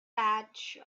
patch